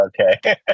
Okay